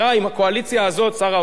משרד האוצר תמך בדבר הזה,